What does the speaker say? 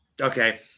Okay